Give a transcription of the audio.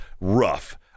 rough